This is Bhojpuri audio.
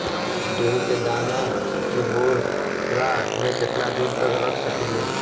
गेहूं के दाना के बोरा में केतना दिन तक रख सकिले?